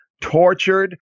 tortured